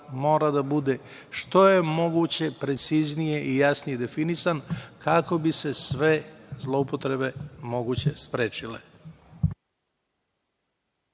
mora da bude što je moguće preciznije i jasnije definisan, kako bi se sve zloupotrebe moguće sprečile.